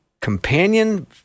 companion